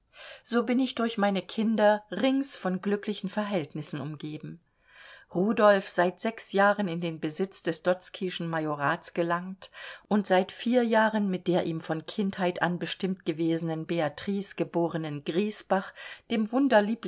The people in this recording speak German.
so bin ich durch meine kinder rings von glücklichen verhältnissen umgeben rudolf seit sechs jahren in den besitz des dotzkyschen majorats gelangt und seit vier jahren mit der ihm von kindheit an bestimmt gewesenen beatrix geborenen griesbach dem